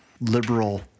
liberal